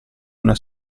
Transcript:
una